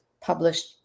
published